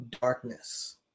darkness